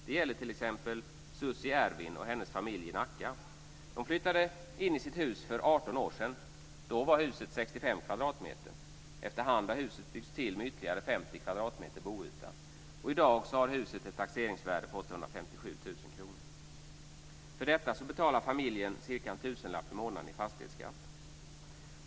Det gäller t.ex. Susy Ervid och hennes familj i Nacka. De flyttade in i sitt hus för 18 år sedan. Då var huset 65 kvadratmeter. Efter hand har huset byggts till med ytterligare 50 kvadratmeter boyta. Huset har i dag ett taxeringsvärde på 857 000 För detta betalar familjen cirka en tusenlapp i månaden i fastighetsskatt.